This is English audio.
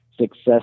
success